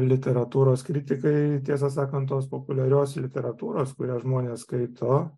literatūros kritikai tiesą sakant tos populiarios literatūros kurią žmonės skaito